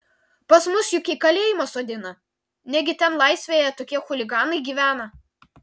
pas mus juk į kalėjimą sodina negi ten laisvėje tokie chuliganai gyvena